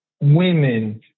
women